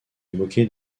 moquer